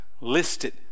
listed